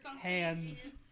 Hands